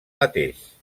mateix